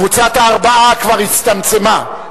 קבוצת הארבעה כבר הצטמצמה.